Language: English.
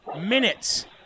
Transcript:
Minutes